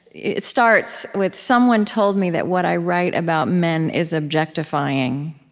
it starts with someone told me that what i write about men is objectifying.